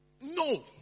No